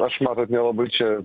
aš matot nelabai čia